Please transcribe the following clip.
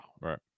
right